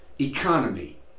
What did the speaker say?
economy